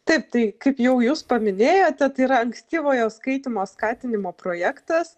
taip tai kaip jau jūs paminėjote tai yra ankstyvojo skaitymo skatinimo projektas